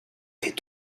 des